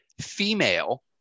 female